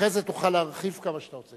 אחרי זה תוכל להרחיב כמה שאתה רוצה.